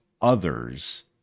others